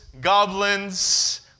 goblins